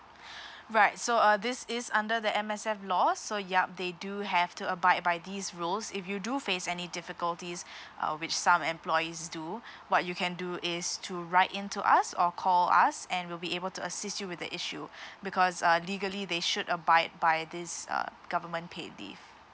right so uh this is under the M_S_F law so yup they do have to abide by this rules if you do face any difficulties uh which some employees do what you can do is to write in to us or call us and we'll be able to assist you with the issue because uh legally they should abide by this uh government paid leave